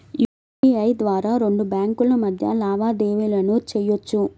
UPI ద్వారా రెండు బ్యేంకుల మధ్య లావాదేవీలను చెయ్యొచ్చు